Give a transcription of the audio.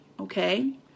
Okay